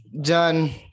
Done